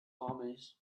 armies